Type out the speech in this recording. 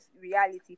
reality